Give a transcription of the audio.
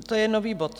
To je nový bod.